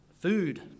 food